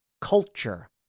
culture